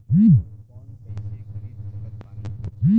Gold bond कईसे खरीद सकत बानी?